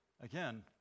Again